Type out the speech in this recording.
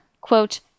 quote